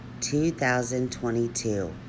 2022